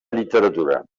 literatura